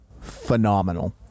phenomenal